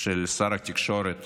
של שר התקשורת